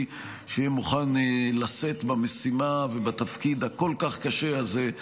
שיהיה מוכן לשאת במשימה ובתפקיד הכל-כך קשה הזה,